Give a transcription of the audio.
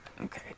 Okay